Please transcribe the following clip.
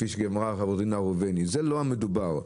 לא בזה מדובר.